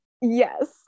Yes